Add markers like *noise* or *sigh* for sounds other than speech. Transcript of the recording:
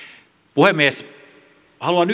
puhemies haluan *unintelligible*